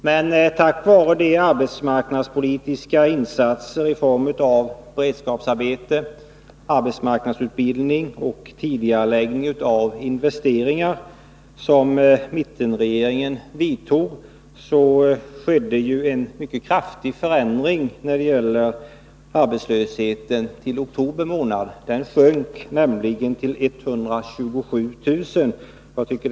Men tack vare de arbetsmarknadspolitiska insatser i form av beredskapsarbeten, arbetsmarknadsutbildning och tidigareläggning av investeringar som mittenregeringen vidtog skedde en mycket kraftig minskning av arbetslösheten till oktober månad. Den sjönk nämligen till 127 000 arbetslösa.